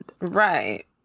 Right